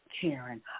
Karen